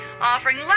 offering